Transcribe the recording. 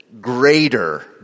greater